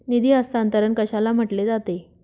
निधी हस्तांतरण कशाला म्हटले जाते?